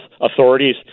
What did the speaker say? authorities